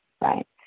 right